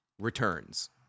returns